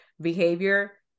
behavior